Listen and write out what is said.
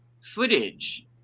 footage